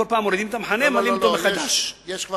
כל פעם מורידים את המחנה וממלאים אותו מחדש.